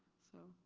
so,